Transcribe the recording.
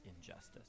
injustice